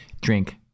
drink